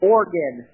Oregon